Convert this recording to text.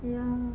ya